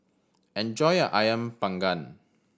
enjoy your Ayam Panggang